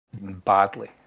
badly